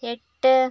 എട്ട്